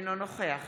אינו נוכח